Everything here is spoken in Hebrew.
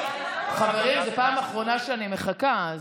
חברים, זאת פעם אחרונה שאני מחכה.